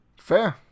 Fair